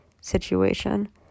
situation